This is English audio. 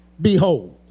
Behold